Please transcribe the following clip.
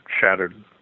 shattered